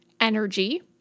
energy